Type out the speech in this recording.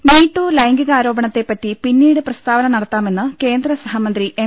M me too ലൈംഗിക ആരോപണത്തെപ്പറ്റി പിന്നീട് പ്രസ്താവന നടത്താമെന്ന് കേന്ദ്രസഹമന്ത്രി എം